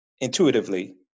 intuitively